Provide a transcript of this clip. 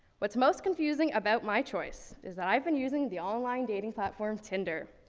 what's most confusing about my choice is that i've been using the online dating platform tinder,